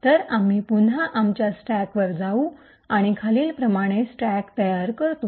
तर आम्ही पुन्हा आमच्या स्टॅकवर जाऊ आणि खालीलप्रमाणे स्टॅक तयार करतो